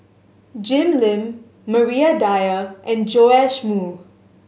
Jim Lim Maria Dyer and Joash Moo